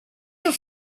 have